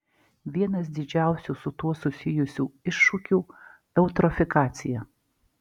vienas didžiausių su tuo susijusių iššūkių eutrofikacija